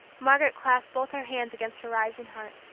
margaret clasped both her hands against her rising heart.